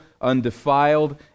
undefiled